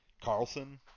Carlson